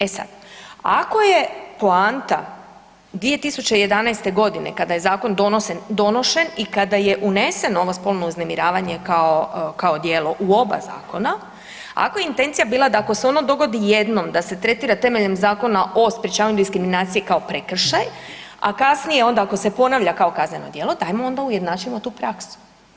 E sad, ako je poanta 2011.g. kada je zakon donošen i kada je uneseno ovo spolno uznemiravanje kao, kao djelo u oba zakona, ako je intencija bila da ako se ono dogodi jednom da se tretira temeljem Zakona o sprječavanju diskriminacije kao prekršaj, a kasnije onda ako se ponavlja kao kazneno djelo dajmo onda ujednačimo tu praksu.